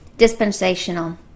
dispensational